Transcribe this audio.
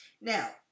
now